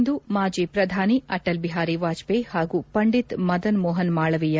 ಇಂದು ಮಾಜಿ ಪ್ರಧಾನಿ ಅಟಲ್ ಬಿಹಾರಿ ವಾಜಪೇಯಿ ಹಾಗೂ ಪಂಡಿತ್ ಮದನ್ ಮೋಹನ್ ಮಾಳವೀಯ